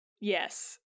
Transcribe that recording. Yes